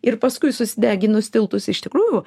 ir paskui susideginus tiltus iš tikrųjų